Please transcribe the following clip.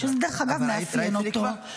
שדרך אגב, מאפיין אותו --- ראית שזה נקבע?